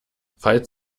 falls